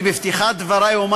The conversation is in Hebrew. אני בפתיחת דברי אומר,